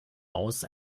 aus